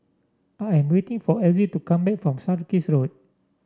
I am waiting for Elzy to come back from Sarkies Road